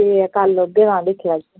ते कल औगे तां दिक्खी औगे